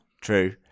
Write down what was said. True